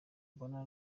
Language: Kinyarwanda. mbona